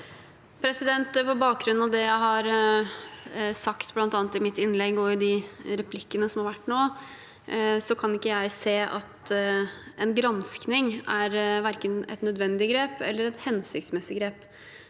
På bakgrunn av det jeg har sagt bl.a. i mitt innlegg og i de replikkene som har vært nå, kan ikke jeg se at en gransking er verken et nødvendig grep eller et hensiktsmessig grep